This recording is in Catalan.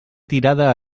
tirada